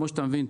כמו שאתה מבין,